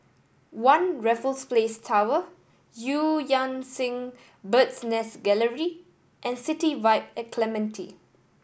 One Raffles Place Tower Eu Yan Sang Bird's Nest Gallery and City Vibe at Clementi